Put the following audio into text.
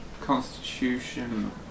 constitution